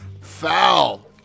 Foul